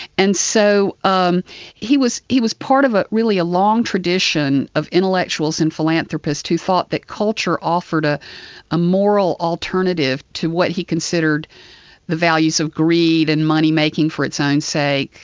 and so um he was he was part of ah really a long tradition of intellectuals and philanthropists who thought that culture offered ah a moral alternative to what he considered the values of greed and money making for its own sake.